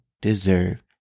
deserve